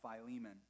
Philemon